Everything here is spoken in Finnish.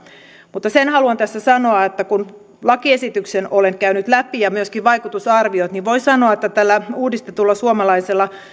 sen haluan tässä sanoa että kun lakiesityksen olen käynyt läpi ja myöskin vaikutusarviot niin voi sanoa että tällä uudistetulla suomalaisella